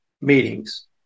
meetings